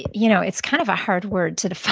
you know it's kind of a hard word to define.